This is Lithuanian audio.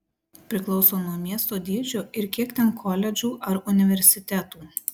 priklauso nuo miesto dydžio ir kiek ten koledžų ar universitetų